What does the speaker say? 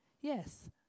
yes